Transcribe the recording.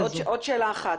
קרנית, עוד שאלה אחת.